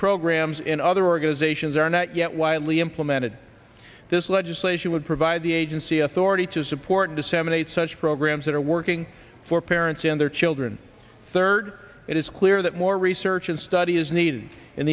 programs in other organizations are not yet wildly implemented this legislation would provide the agency authority to support disseminate such programs that are working for parents and their children third it is clear that more research and study is needed in